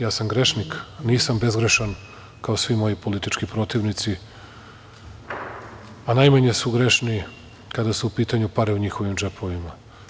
Ja sam grešnik, nisam bezgrešan, kao svi moji politički protivnici, a najmanje su grešni kada su u pitanju pare u njihovim džepovima.